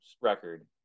record